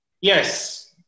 Yes